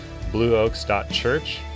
blueoaks.church